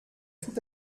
tout